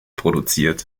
produziert